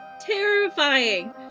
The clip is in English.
terrifying